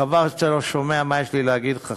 חבל שאתה לא שומע מה יש לי להגיד לך,